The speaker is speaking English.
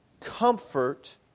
comfort